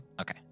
Okay